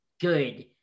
good